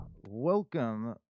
welcome